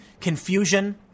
confusion